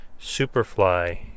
Superfly